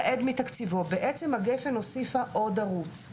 בעצם הגפ"ן הוסיפה עוד ערוץ.